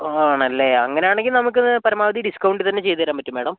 ആണല്ലേ അങ്ങനെ ആണെങ്കിൽ നമുക്ക് ഇത് പരമാവധി ഡിസ്കൗണ്ടിൽ തന്നെ ചെയ്തുതരാൻ പറ്റും മേഡം